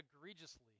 egregiously